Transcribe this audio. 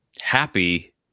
happy